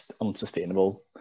unsustainable